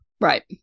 Right